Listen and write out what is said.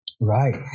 Right